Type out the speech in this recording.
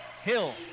Hill